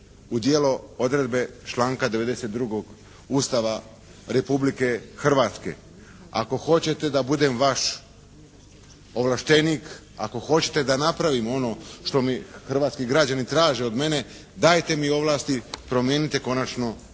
u djelo odredbe članka 92. Ustava Republike Hrvatske. Ako hoćete da budem vaš ovlaštenik, ako hoćete da napravim ono što mi hrvatski građani traže od mene dajte mi ovlasti, promijenite konačno